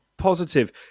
Positive